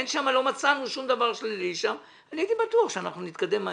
לא מצאנו שם שום דבר שלילי ואני הייתי בטוח שאנחנו נתקדם מהר.